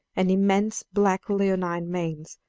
and immense black leonine manes,